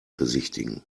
besichtigen